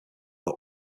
that